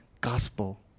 gospel